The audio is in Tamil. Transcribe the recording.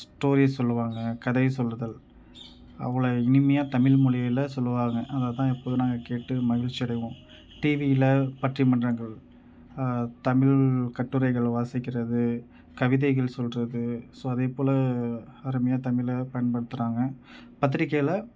ஸ்டோரிஸ் சொல்லுவாங்க கதை சொல்லுதல் அவ்வளோ இனிமையா தமிழ் மொழியில சொல்லுவாங்க அதனால் தான் எப்போதும் நாங்கள் கேட்டு மகிழ்ச்சி அடைவோம் டிவியில் பட்டிமன்றங்கள் தமிழ் கட்டுரைகள் வாசிக்கிறது கவிதைகள் சொல்கிறது ஸோ அதேப்போல அருமையா தமிழை பயன்படுத்துகிறாங்க பத்திரிக்கையில்